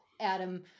Adam